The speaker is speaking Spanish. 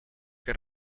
que